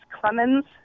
Clemens